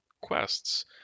quests